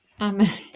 Amen